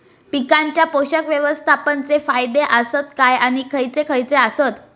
पीकांच्या पोषक व्यवस्थापन चे फायदे आसत काय आणि खैयचे खैयचे आसत?